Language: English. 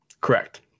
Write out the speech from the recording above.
Correct